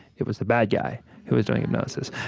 it was the bad guy who was doing hypnosis.